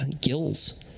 gills